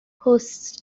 hosts